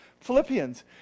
Philippians